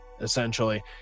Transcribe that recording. essentially